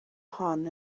hon